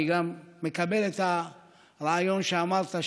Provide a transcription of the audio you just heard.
אני גם מקבל את הרעיון שאמרת,